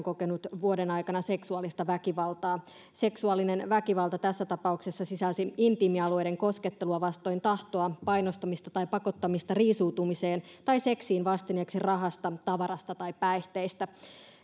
kokeneet vuoden aikana seksuaalista väkivaltaa seksuaalinen väkivalta tässä tapauksessa sisälsi intiimialueiden koskettelua vastoin tahtoa painostamista tai pakottamista riisuutumiseen tai seksiin vastineeksi rahasta tavarasta tai päihteistä